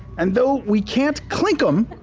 and though we can't clink em,